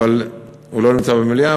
והוא לא נמצא במליאה,